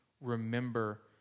remember